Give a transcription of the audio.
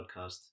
podcast